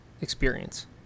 experience